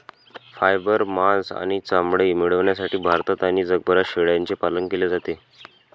fibre, मांस आणि चामडे मिळविण्यासाठी भारतात आणि जगभरात शेळ्यांचे पालन केले जाते